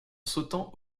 sautant